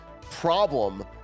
problem